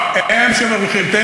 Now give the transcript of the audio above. הם שמרוויחים --- לא היה ולא נברא.